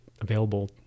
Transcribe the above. available